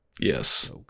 Yes